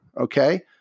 Okay